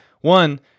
One